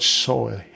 soil